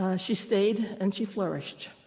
she stayed and she flourished.